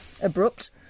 Abrupt